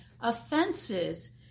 offenses